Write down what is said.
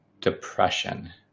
depression